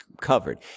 covered